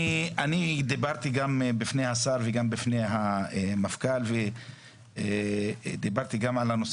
אני דיברתי גם בפני השר וגם בפני המפכ"ל גם על הנושא